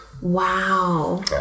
Wow